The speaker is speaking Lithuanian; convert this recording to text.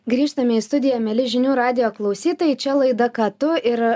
grįžtame į studiją mieli žinių radijo klausytojai čia laida ką tu ir